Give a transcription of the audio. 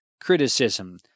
criticism